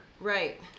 Right